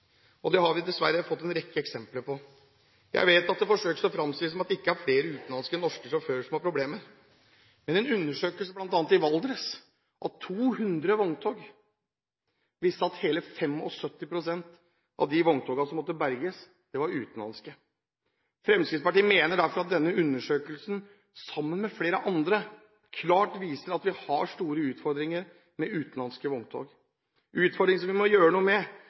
standard. Det har vi dessverre fått en rekke eksempler på. Jeg vet at man forsøker å fremstille det som om det ikke er flere utenlandske enn norske sjåfører som har problemer, men en undersøkelse bl.a. i Valdres av 200 vogntog viste at hele 75 pst. av de vogntogene som måtte berges, var utenlandske. Fremskrittspartiet mener derfor at denne undersøkelsen, sammen med flere andre, klart viser at vi har store utfordringer med utenlandske vogntog – utfordringer som vi må gjøre noe med.